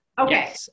Okay